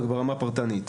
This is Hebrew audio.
רק ברמה פרטנית.